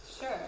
Sure